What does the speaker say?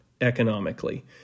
economically